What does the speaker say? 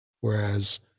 Whereas